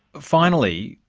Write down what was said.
finally,